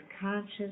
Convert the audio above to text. conscious